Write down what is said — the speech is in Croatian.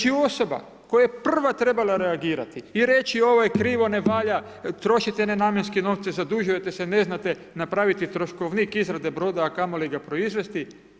Još je osoba koja je prva trebala reagirati i reći ovo je krivo, ne valja, trošite nenamjenske novce, zadužujete se, ne znate napraviti troškovnik izrade broda, a kamo li ga proizvoditi.